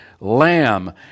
lamb